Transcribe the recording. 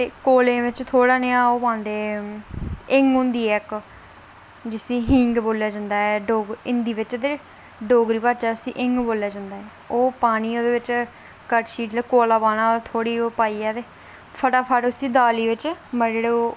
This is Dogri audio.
कोले बिच थोह्ड़ा जेहा ओह् पांदे हिंग होंदी है इक जिसी हींग बोल्लेआ जंदा ऐ हिंदी बिच ते डोगरी भाशा च उसी हिंग बोल्लेआ जंदा ऐ पानी ओहदे च कोला पाना कड़शी च फटाफट उसी दाली बिच मतलब